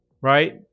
Right